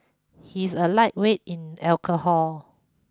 he is a lightweight in alcohol